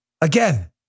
Again